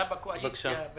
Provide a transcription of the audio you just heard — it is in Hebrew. אתה בקואליציה,